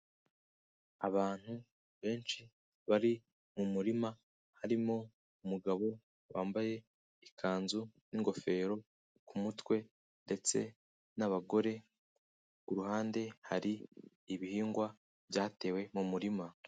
Abantu benshi bari mu murima, harimo umugabo wambaye ikanzu n'ingofero ku mutwe, ndetse n'abagore, ku ruhande hari ibihingwa byatewe mu murima.